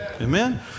Amen